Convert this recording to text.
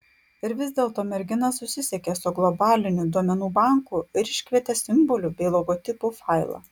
ir vis dėlto mergina susisiekė su globaliniu duomenų banku ir iškvietė simbolių bei logotipų failą